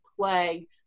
play